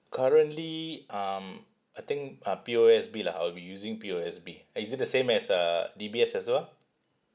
currently um I think uh P_O_S_B lah I'll be using P_O_S_B is it the same as uh D_B_S as well